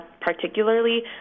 particularly